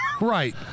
Right